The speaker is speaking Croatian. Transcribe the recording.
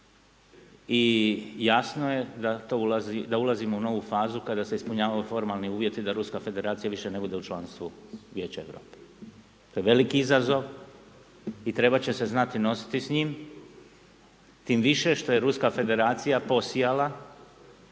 ulazi, da ulazimo u novu fazu kada se ispunjavaju formalni uvjeti da Ruska Federacija više ne bude u članstvu Vijeća Europe. To je veliki izazov i trebat će se znati nositi s njim tim više što je Ruska Federacija posijala